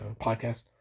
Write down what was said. podcast